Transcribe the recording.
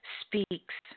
speaks